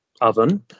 oven